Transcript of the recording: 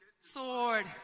Sword